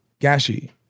Gashi